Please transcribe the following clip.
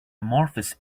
amorphous